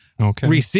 Okay